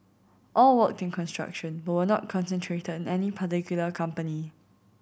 all worked in construction but were not concentrated in any particular company